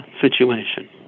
situation